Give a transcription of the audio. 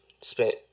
spent